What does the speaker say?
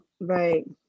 Right